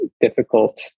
difficult